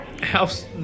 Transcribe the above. House